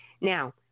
Now